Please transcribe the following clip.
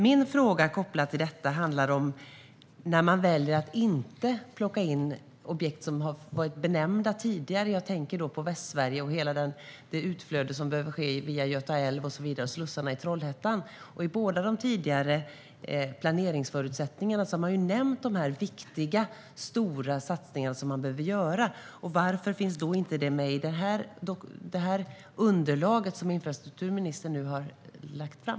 Min fråga kopplat till detta handlar om när man väljer att inte plocka in objekt som har varit benämnda tidigare. Jag tänker på Västsverige och det utflöde som behöver ske via Göta älv och slussarna i Trollhättan. I båda de tidigare planeringsförutsättningarna har de stora och viktiga satsningar som behöver göras nämnts. Varför finns de inte med i det underlag som infrastrukturministern har lagt fram?